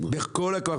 בכל הכוח,